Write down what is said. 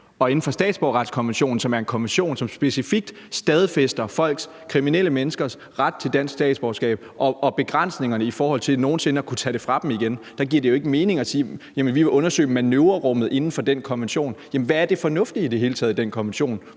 som er en konvention, der specifikt stadfæster kriminelle menneskers ret til dansk statsborgerskab og begrænsningerne i forhold til nogen sinde at kunne tage det fra dem igen, giver det jo ikke mening at sige: Vi vil undersøge manøvrerummet inden for den konvention. Hvad er i det hele taget det fornuftige i den konvention?